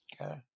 okay